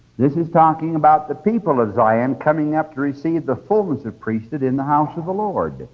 this is talking about the people of zion coming up to receive the fulness of priesthood in the house of the lord.